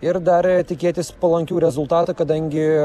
ir dar tikėtis palankių rezultatų kadangi